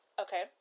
Okay